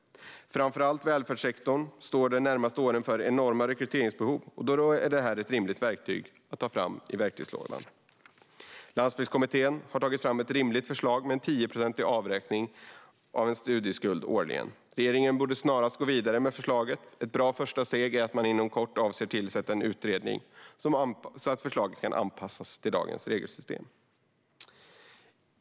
Framför allt välfärdssektorn står de närmaste åren för enorma rekryteringsbehov, och då är det här ett rimligt verktyg att ta fram ur verktygslådan. Landsbygdskommittén har tagit fram ett rimligt förslag med en 10-procentig avräkning av studieskulden årligen. Regeringen borde snarast gå vidare med förslaget. Ett bra första steg är att man inom kort avser att tillsätta en utredning så att förslaget kan anpassas till dagens regelsystem.